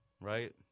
right